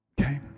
Okay